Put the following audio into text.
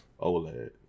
OLED